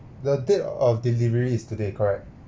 the date of delivery is today correct